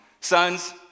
Sons